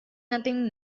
nothing